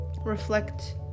reflect